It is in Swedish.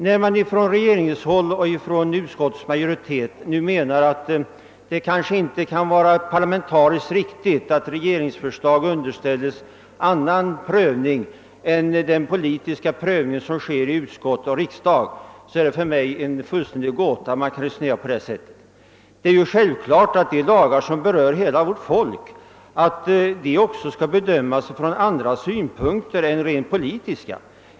När man från regeringshåll och från utskottets majoritet nu menar att det kanske inte är parlamentariskt riktigt att regeringsförslag underställes annan prövning än den politiska prövning som sker i utskott och riksdag finner jag detta resonemang vara en fullständig gåta. Självfallet måste de lagar som berör hela vårt folk också bedömas utifrån andra synpunkter än rent politiska.